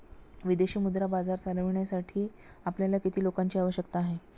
विदेशी मुद्रा बाजार चालविण्यासाठी आपल्याला किती लोकांची आवश्यकता आहे?